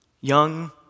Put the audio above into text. Young